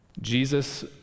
Jesus